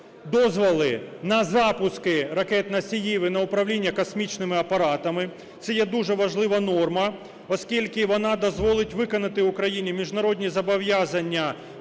дозволи на запуски ракет-носіїв і на управління космічними апаратами. Це є дуже важлива норма, оскільки вона дозволить виконати Україні міжнародні зобов'язання